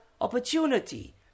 opportunity